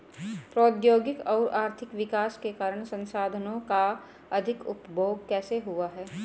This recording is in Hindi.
प्रौद्योगिक और आर्थिक विकास के कारण संसाधानों का अधिक उपभोग कैसे हुआ है?